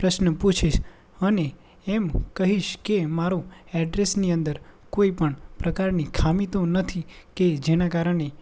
પ્રશ્ન પૂછીશ અને એમ કહીશ કે મારો એડ્રેસની અંદર કોઈ પણ પ્રકારની ખામી તો નથી કે જેના કારણે